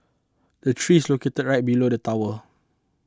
the tree is located right below the tower